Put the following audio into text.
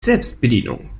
selbstbedienung